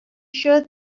sure